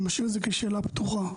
אני משאיר את זה כשאלה פתוחה.